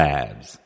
Labs